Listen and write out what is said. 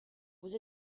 vous